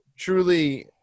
Truly